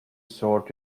sort